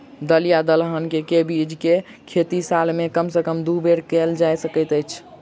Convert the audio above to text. दल या दलहन केँ के बीज केँ खेती साल मे कम सँ कम दु बेर कैल जाय सकैत अछि?